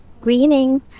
Greening